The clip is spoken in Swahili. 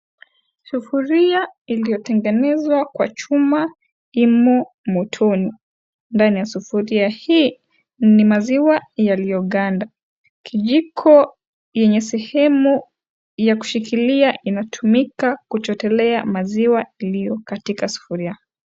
Sufuria iliyotengezwa kwa chuma imo motoni. Ndani ya sufuria hii ni maziwa yaliyoganda. Kijiko yenye sehemu ya kushikilia inatumika kuchotelea maziwa iliyo katika sufuria.